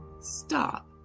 stop